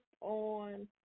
on